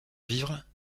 vivre